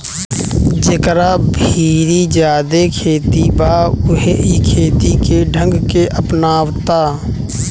जेकरा भीरी ज्यादे खेत बा उहे इ खेती के ढंग के अपनावता